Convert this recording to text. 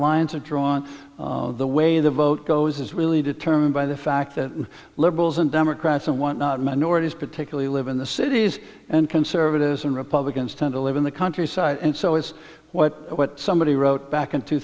lines are drawn the way the vote goes is really determined by the fact that liberals and democrats and what not minorities particularly live in the cities and conservatives and republicans tend to live in the countryside and so is what somebody wrote back in two